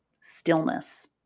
stillness